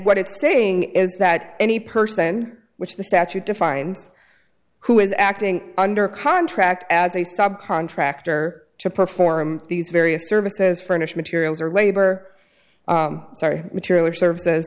what it's saying is that any person which the statute defines who is acting under contract as a subcontractor to perform these various services furnish materials or labor sorry material or service